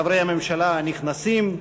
חברי הממשלה הנכנסים,